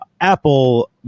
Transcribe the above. Apple